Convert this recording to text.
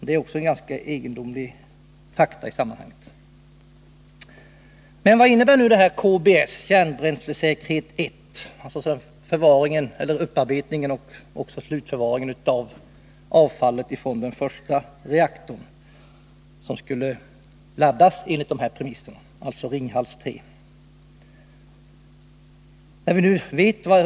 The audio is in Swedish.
Det är ett ganska egendomligt faktum i samman Måndagen den hanget. 24 november 1980 Vad innebär, nu när vi vet vad avtalet mellan SKBF och Cogéma innehåller, KBS 1 — upparbetningen och slutförvaringen av avfall från den Om förvaring och första reaktorn som skulle laddas enligt dessa premisser, alltså Ringhals 3?